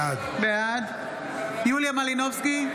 בעד יוליה מלינובסקי,